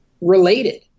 related